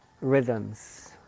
rhythms